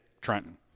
Trenton